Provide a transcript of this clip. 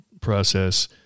process